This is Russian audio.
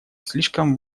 слишком